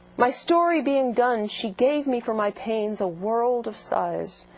my story being done, she gave me for my pains a world of sighs.